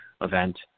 event